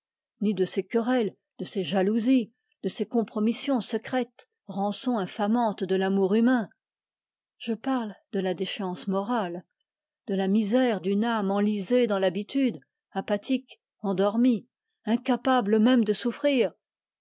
ni de ces querelles de ces jalousies de ces compromissions secrètes rançon infamante de l'amour humain je parle de la misère d'une âme enlisée dans l'habitude incapable même de souffrir